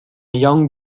young